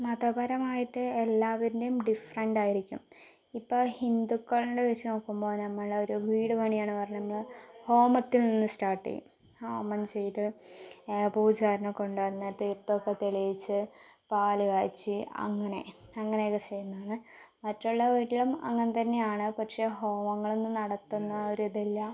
മതപരമായിട്ട് എല്ലാവര്ൻ്റേയും ഡിഫ്റെൻ്റായിരിക്കും ഇപ്പോൾ ഹിന്ദുക്കൾടെ വെച്ച് നോക്കുമ്പോൾ നമ്മളൊരു വീട് പണിയാണ് പറയുമ്പമ്മള് ഹോമത്തിൽ നിന്ന് സ്റ്റാർട്ട് ചെയ്യും ഹോമം ചെയ്ത് പൂജാരിനെ കൊണ്ടുവന്ന് തീർത്ഥം ഒക്കെ തളിയിച്ച് പാലുകാച്ചി അങ്ങനെ അങ്ങനെയൊക്കെ ചെയ്യുന്നതാണ് മറ്റുള്ള വീട്ടിലും അങ്ങനെ തന്നെയാണ് പക്ഷെ ഹോമങ്ങളൊന്നും നടത്തുന്ന ആ ഒരിതില്ല